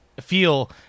feel